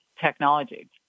technology